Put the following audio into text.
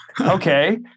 okay